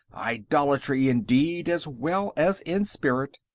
idolatry in deed, as well as in spirit!